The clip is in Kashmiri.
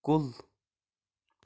کُل